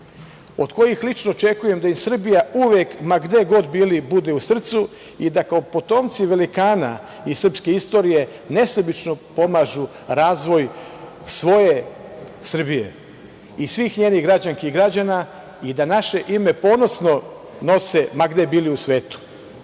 od kojih lično očekujem da im Srbija uvek ma gde god bili bude u Srcu i da kao potomci velikana i srpske istorije nesebično pomažu razvoj svoje Srbije i svih njenih građanki i građana i da naše ime ponosno nose, ma gde bili u